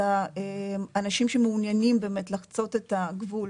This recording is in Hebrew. האנשים שמעוניינים באמת לחצות את הגבול